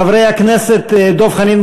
חברי הכנסת דב חנין,